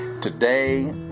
Today